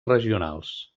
regionals